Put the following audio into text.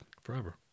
forever